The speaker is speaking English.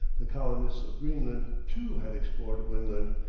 the colonists of greenland, too had explored winland,